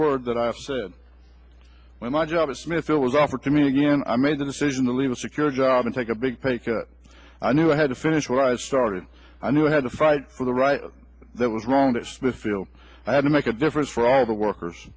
word that i've said when the job of smithville was offered to me again i made the decision to leave a secure job and take a big pay cut i knew i had to finish what i started i knew i had to fight for the right that was wrong to feel i had to make a difference for all the workers